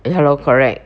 ya lor correct